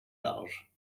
large